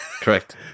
Correct